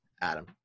Adam